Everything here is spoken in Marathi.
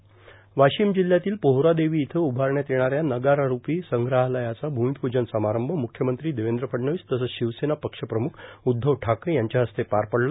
वर्वाशम जिल्ह्यातील पोहरादेवी इथं उभारण्यात येणाऱ्या नगारा रुपी संग्रहालयाचा भूर्ममपूजन समारंभ मुख्यमंत्री देवद्र फडणवीस तसंच शिवसेना पक्षप्रमुख उद्धव ठाकरे यांच्या हस्ते पार पडला